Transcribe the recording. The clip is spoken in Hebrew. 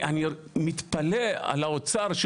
אני מתפלא על האוצר.